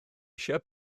eisiau